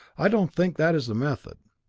i don't think that is the method.